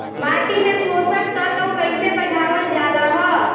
माटी में पोषक तत्व कईसे बढ़ावल जाला ह?